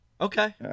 Okay